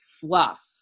fluff